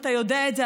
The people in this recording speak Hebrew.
אתה יודע את זה,